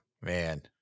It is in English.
man